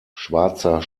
schwarzer